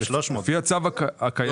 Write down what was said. לפי הצו הקיים?